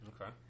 Okay